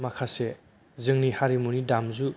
माखासे जोंनि हारिमुवारि दामजु